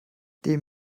dem